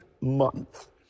month